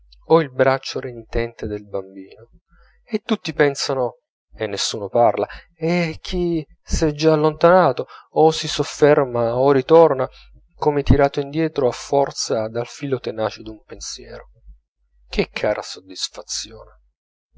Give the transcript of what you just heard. e il braccio renitente del bambino e tutti pensano e nessuno parla e chi s'è già allontanato o si sofferma o ritorna come tirato indietro a forza dal filo tenace d'un pensiero che cara soddisfazione